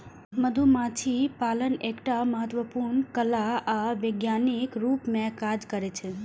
मधुमाछी पालन एकटा महत्वपूर्ण कला आ विज्ञानक रूप मे काज करै छै